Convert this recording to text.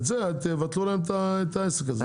את זה תבטלו להם את העסק הזה,